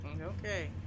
okay